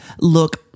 look